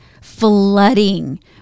flooding